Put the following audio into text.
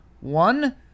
one